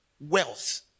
wealth